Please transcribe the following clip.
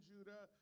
Judah